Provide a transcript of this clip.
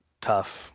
tough